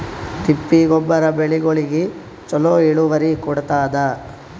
ತಿಪ್ಪಿ ಗೊಬ್ಬರ ಬೆಳಿಗೋಳಿಗಿ ಚಲೋ ಇಳುವರಿ ಕೊಡತಾದ?